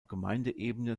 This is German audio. gemeindeebene